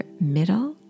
middle